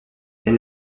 elle